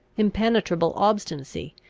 impenetrable obstinacy,